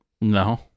No